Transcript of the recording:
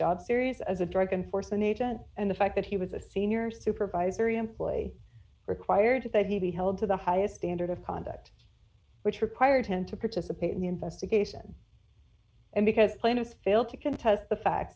job serious as a drug and force an agent and the fact that he was a senior supervisory employee required that he be held to the highest standard of conduct which required him to participate in the investigation and because plaintiff fail to contest the fact